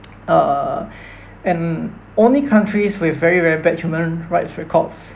uh and only countries with very very bad human rights records